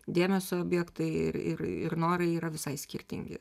dėmesio objektai ir ir ir norai yra visai skirtingi